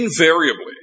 invariably